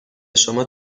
شما